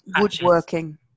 woodworking